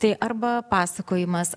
tai arba pasakojimas